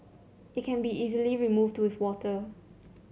it can be easily removed to with water